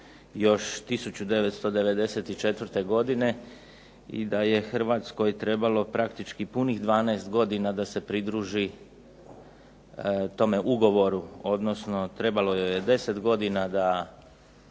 još 1994. godine i da je Hrvatskoj trebalo praktički punih 12 godina da se pridruži tome ugovoru, odnosno trebalo joj je 10 godina da